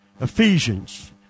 Ephesians